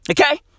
Okay